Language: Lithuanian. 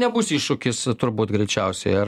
nebus iššūkis turbūt greičiausiai ar